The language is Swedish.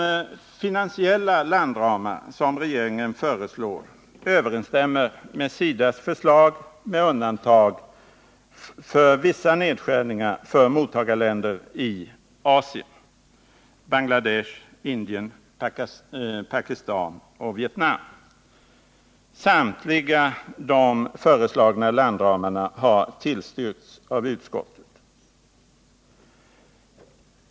De finansiella landramar som regeringen föreslår överensstämmer med SIDA:s, med undantag för vissa nedskärningar för mottagarländer i Asien — Bangladesh, Indien, Pakistan och Vietnam. Samtliga föreslagna landramar har tillstyrkts av utskottet.